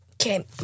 Okay